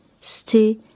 Stay